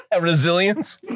Resilience